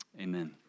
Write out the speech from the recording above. amen